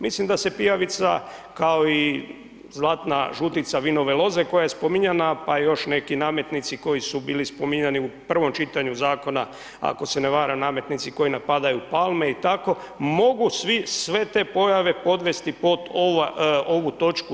Mislim da se pijavica, kao i zlatna žutica vinove loze, koja je spominjana, pa i još neki nametnici koji su bili spominjani u prvom čitanju Zakona, ako se ne varam, nametnici koji napadaju palme i tako, mogu svi sve te pojave podvesti pod ovu toč.